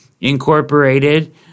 incorporated